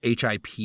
HIP